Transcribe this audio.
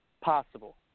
possible